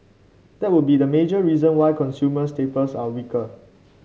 that would be the major reason why consumer staples are weaker